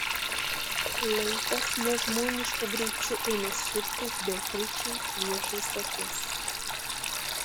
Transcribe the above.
laikas nežmonišku greičiu ėmė suktis beatričei priešais akis